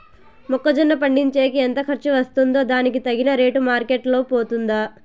మొక్క జొన్న పండించేకి ఎంత ఖర్చు వస్తుందో దానికి తగిన రేటు మార్కెట్ లో పోతుందా?